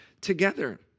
together